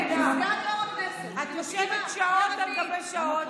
את יושבת שעות על גבי שעות,